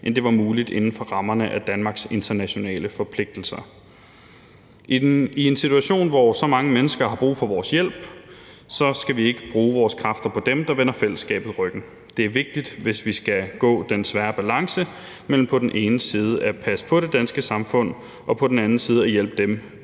end det var muligt inden for rammerne af Danmarks internationale forpligtelser. I en situation, hvor så mange mennesker har brug for vores hjælp, skal vi ikke bruge vores kræfter på dem, der vender fællesskabet ryggen. Det er vigtigt, hvis vi skal gå den svære balance mellem på den ene side at passe på det danske samfund og på den anden side at hjælpe dem,